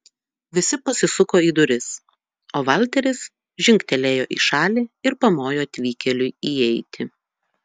visi pasisuko į duris o valteris žingtelėjo į šalį ir pamojo atvykėliui įeiti